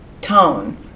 Tone